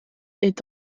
est